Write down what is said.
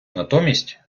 натомість